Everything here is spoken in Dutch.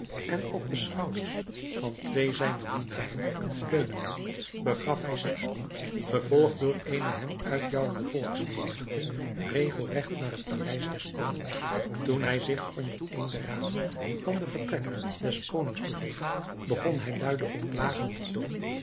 en op de schouders van twee zijner dienaren leunende begaf hij zich gevolgd door eene hem uitjouwende volksmenigte regelregt naar het paleis des konings toen hij zich onder een der ramen van de vertrekken des konings bevond begon hij luide op klagenden toon